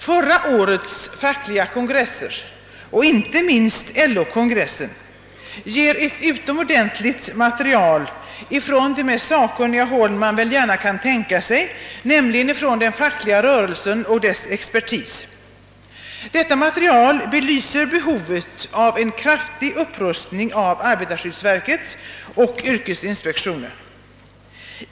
Förra årets fackliga kongresser — inte minst LO-kongressen — ger ett utomordentligt material från det mest sakkunniga håll man gärna kan tänka sig, nämligen den fackKga rörelsen och dess expertis. Detta material belyser behovet av en kraftig upprustning av arbetarskyddsverket och yrkesinspektionen.